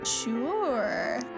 Sure